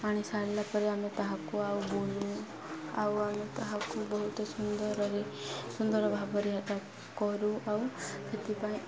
ପାଣି ସାରିଲା ପରେ ଆମେ ତାହାକୁ ଆଉ ବୁଣୁ ଆଉ ଆମେ ତାହାକୁ ବହୁତ ସୁନ୍ଦରରେ ସୁନ୍ଦର ଭାବରେ ହେତା କରୁ ଆଉ ସେଥିପାଇଁ